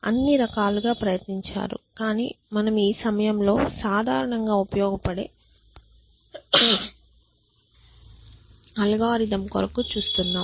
అన్ని రకాలుగా ప్రయత్నించారు కాని మేము ఈ సమయంలో సాధారణంగా ఉపయోగపడే అల్గోరిథం కొరకు చూస్తున్నాం